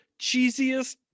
cheesiest